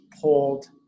pulled